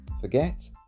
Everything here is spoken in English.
forget